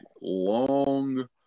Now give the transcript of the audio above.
long